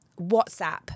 WhatsApp